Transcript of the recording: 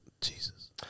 Jesus